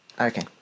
Okay